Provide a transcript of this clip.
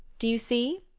do you see?